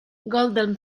golden